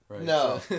No